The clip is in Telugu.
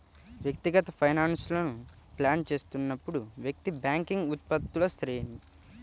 వ్యక్తిగత ఫైనాన్స్లను ప్లాన్ చేస్తున్నప్పుడు, వ్యక్తి బ్యాంకింగ్ ఉత్పత్తుల శ్రేణి